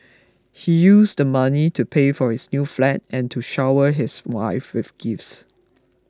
he used the money to pay for his new flat and to shower his wife with gifts